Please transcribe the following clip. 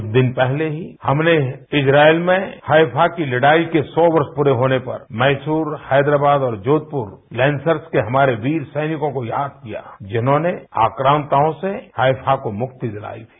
कृष्ठ दिन पहले ही हमने इन्नाइल में हाइफा की लड़ाई के सी वर्ष पूरे होने पर मैसूर हैदराबाद और जोषपुर लैंसर्स के हमारे वीर सैनिकों को याद किया जिन्होंने आक्रान्ताओं से हाइफा को मुक्ति दिलाई थी